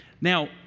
Now